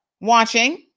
watching